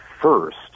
first